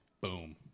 Boom